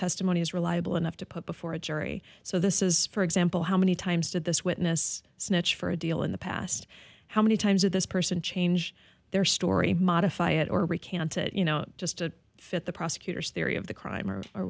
testimony is reliable enough to put before a jury so this is for example how many times did this witness snitch for a deal in the past how many times that this person changed their story modify it or recant it you know just to fit the prosecutor's theory of the crime or or